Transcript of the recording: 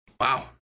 Wow